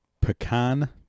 Pecan